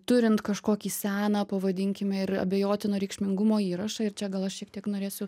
turint kažkokį seną pavadinkime ir abejotino reikšmingumo įrašą ir čia gal aš šiek tiek norėsiu